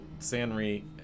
Sanri